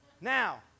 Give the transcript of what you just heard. Now